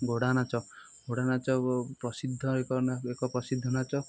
ଘୋଡ଼ା ନାଚ ଘୋଡ଼ା ନାଚ ପ୍ରସିଦ୍ଧ ଏକ ନା ଏକ ପ୍ରସିଦ୍ଧ ନାଚ